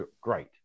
great